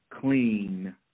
clean